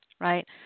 Right